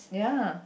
ya